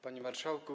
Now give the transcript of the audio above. Panie Marszałku!